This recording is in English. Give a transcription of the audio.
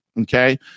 Okay